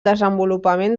desenvolupament